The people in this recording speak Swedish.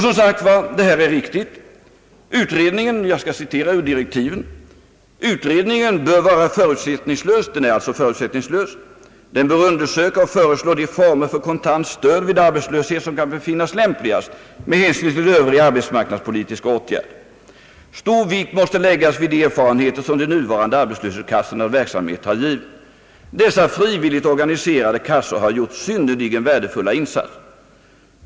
Jag skall citera vad som står i direktiven: »Utredningen bör vara förutsättningslös. Den bör undersöka och föreslå de former för kontant stöd vid arbetslöshet som kan befinnas lämpligast med hänsyn till övriga arbetsmarknadspolitiska åtgärder och de nämnda gruppernas särskilda förhållanden. Stor vikt måste läggas vid de erfarenheter, som de nuvarande arbetslöshetskassornas verksamhet har givit. Dessa frivilligt organiserade kassor har gjort synnerligen värdefulla insatser.